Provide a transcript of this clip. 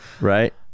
Right